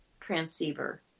transceiver